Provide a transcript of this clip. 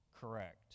correct